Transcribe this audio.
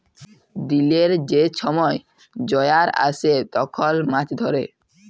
দিলের যে ছময় জয়ার আসে তখল মাছ ধ্যরে